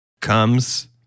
Comes